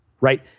Right